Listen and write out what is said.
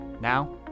Now